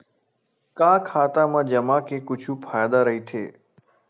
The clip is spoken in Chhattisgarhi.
का खाता मा जमा के कुछु फ़ायदा राइथे?